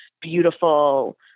beautiful